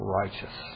righteous